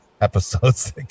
episodes